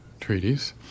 treaties